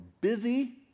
busy